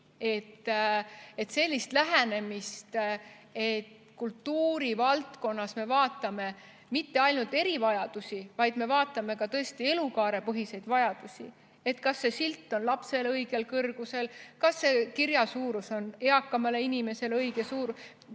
on selline lähenemine, et kultuurivaldkonnas me ei vaata mitte ainult erivajadusi, vaid me vaatame tõesti elukaarepõhiseid vajadusi, et kas see silt on lapsel õigel kõrgusel, kas see kirja suurus on eakale inimesele õige suurusega